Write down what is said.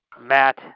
Matt